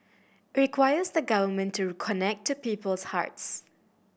it requires the Government to connect to people's hearts